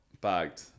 bagged